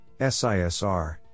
sisr